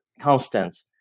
constant